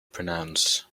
pronounce